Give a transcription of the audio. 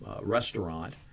restaurant